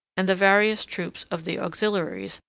and the various troops of the auxiliaries,